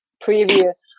previous